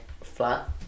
flat